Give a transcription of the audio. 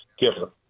giver